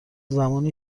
زمان